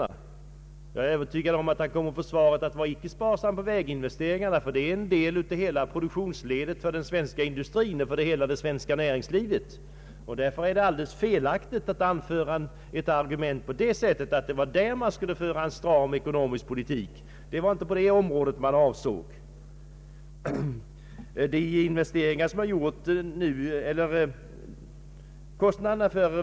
Jag är övertygad om att näringslivets företrädare då kommer att uppmana kommunikationsministern att inte vara sparsam med väginvesteringar, därför att väginvesteringarna är en del av produktionsledet för den svenska industrin och för hela det svenska näringslivet. Därför är det alldeles felaktigt att argumentera på det sättet att den strama ekonomiska politiken skulle gälla väginvesteringarna. Det var inte detta område som avsågs.